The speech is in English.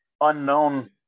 unknown